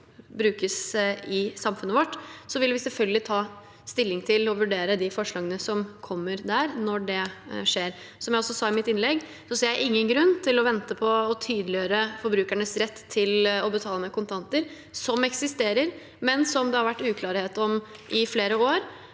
brukes i samfunnet vårt. Vi vil selvfølgelig ta stilling til og vurdere de forslagene som kommer der, når det skjer. Som jeg også sa i mitt innlegg, ser jeg ingen grunn til å vente på å tydeliggjøre forbrukernes rett til å betale med kontanter – som eksisterer, men som det har vært uklarhet om i flere år.